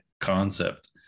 concept